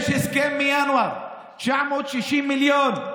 יש הסכם מינואר: 960 מיליון.